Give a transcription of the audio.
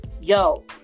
Yo